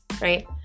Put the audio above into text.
right